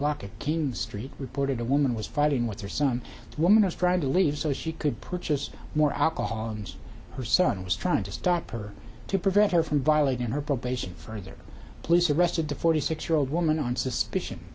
block of king street reported a woman was fighting with her son woman i was trying to leave so she could purchase more alcohol and her son was trying to stop her to prevent her from violating her probation further police arrested a forty six year old woman on suspicion